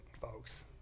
folks